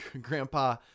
grandpa